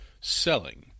selling